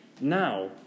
now